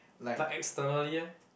like externally leh